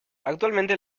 actualmente